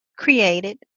Created